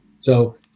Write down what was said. So-